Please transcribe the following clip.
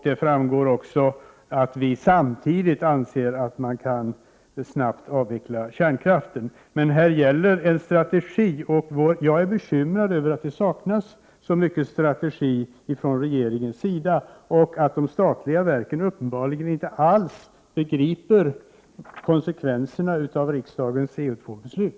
Där framgår det också att vi samtidigt anser att man kan snabbt avveckla kärnkraften. Men här gäller en strategi. Jag är bekymrad över att det saknas en strategi från regeringens sida och att de statliga verken uppenbarligen inte alls begriper konsekvenserna av riksdagens CO;,-beslut.